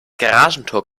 garagentor